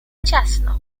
ciasno